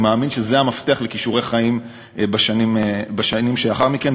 אני מאמין שזה המפתח לכישורי חיים בשנים שלאחר מכן.